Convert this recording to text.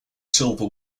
silver